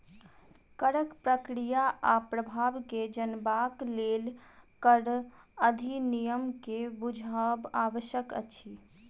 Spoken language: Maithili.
करक प्रक्रिया आ प्रभाव के जनबाक लेल कर अधिनियम के बुझब आवश्यक अछि